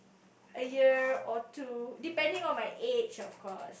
a year or two depending on my age of course